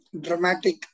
dramatic